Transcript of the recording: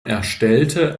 erstellte